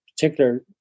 particular